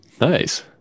Nice